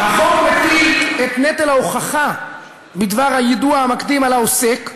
החוק מטיל את נטל ההוכחה בדבר היידוע המקדים על העוסק,